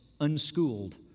unschooled